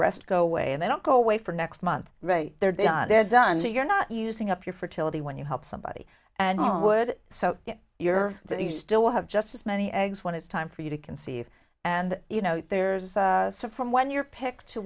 rest go away and they don't go away for next month right they're done so you're not using up your fertility when you help somebody and all would so you're you still have just as many eggs when it's time for you to conceive and you know there's some from when you're picked to